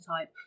type